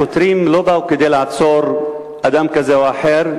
השוטרים לא באו כדי לעצור אדם כזה או אחר,